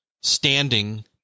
standing